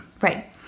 Right